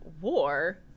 war